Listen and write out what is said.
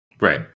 Right